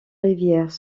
rivières